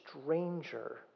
stranger